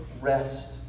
rest